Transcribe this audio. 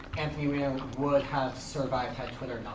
anthony wiener would have survived had twitter not